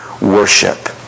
worship